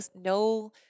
no